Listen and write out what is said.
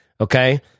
Okay